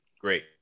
Great